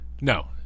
No